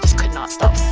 could not stop